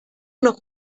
noch